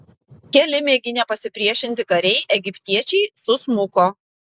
keli mėginę pasipriešinti kariai egiptiečiai susmuko